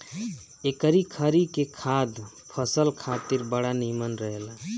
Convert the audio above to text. एकरी खरी के खाद फसल खातिर बड़ा निमन रहेला